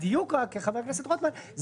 -- הדיוק רק לחבר הכנסת רוטמן,